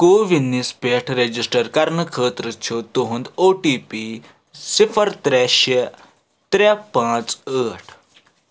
کووِننَس پٮ۪ٹھ رجسٹر کرنہٕ خٲطرٕ چھُ تُہند او ٹی پی صِفر ترٛےٚ شےٚ ترٛےٚ پانٛژھ ٲٹھ